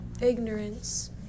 ignorance